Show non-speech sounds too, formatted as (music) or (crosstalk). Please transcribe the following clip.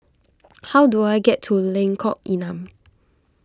(noise) how do I get to Lengkok Enam